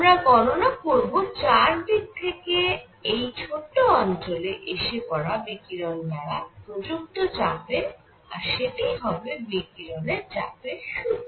আমরা গণনা করব চার দিক থেকে এই ছোট অঞ্চলে এসে পড়া বিকিরণ দ্বারা প্রযুক্ত চাপের আর সেটিই হবে বিকিরণের চাপের সূত্র